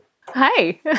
Hi